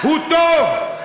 הוא טוב,